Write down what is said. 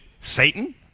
Satan